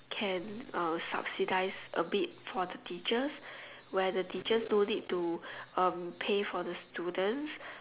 can uh subsidize a bit for the teachers where the teachers don't need to uh pay for the students